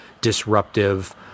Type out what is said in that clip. disruptive